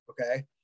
okay